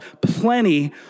plenty